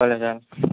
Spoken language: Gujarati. ભલે ત્યારે